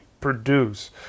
produce